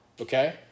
Okay